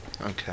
Okay